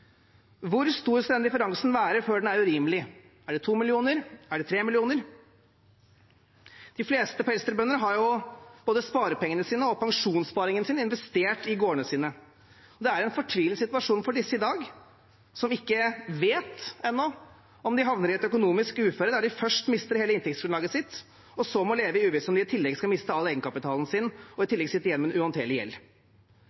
Hvor stor skal den differansen være før den er urimelig? Er det 2 mill. kr? Er det 3 mill. kr? De fleste pelsdyrbønder har både sparepengene sine og pensjonssparingen sin investert i gårdene sine, og det er en fortvilet situasjon for disse i dag, som ennå ikke vet om de havner i et økonomisk uføre der de først mister hele inntektsgrunnlaget sitt, og så må leve i uvisse om de i tillegg skal miste all egenkapitalen sin, og